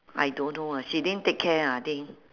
I don't know uh she didn't take care ah I think